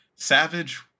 Savage